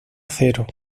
zero